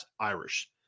Irish